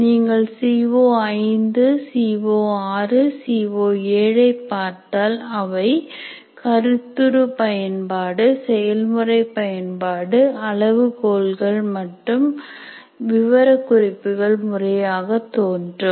நீங்கள் CO5 CO6 CO7 ஐ பார்த்தால் அவை கருத்துரு பயன்பாடு செயல்முறை பயன்பாடு அளவுகோல்கள் மற்றும் விவரக்குறிப்புகள் முறையாக தோன்றும்